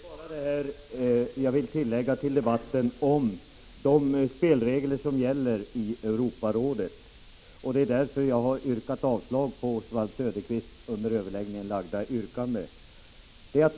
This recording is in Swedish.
Herr talman! Jag vill bara göra ett tillägg i debatten om de spelregler som gäller i Europarådet och som är anledningen till att jag yrkat avslag på Oswald Söderqvists under överläggningen framställda yrkande.